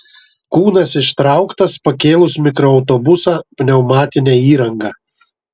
kūnas ištrauktas pakėlus mikroautobusą pneumatine įranga